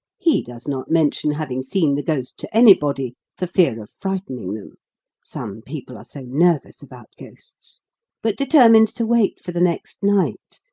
he does not mention having seen the ghost to anybody, for fear of frightening them some people are so nervous about ghosts but determines to wait for the next night,